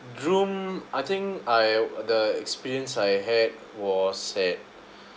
room I think I the experience I had was at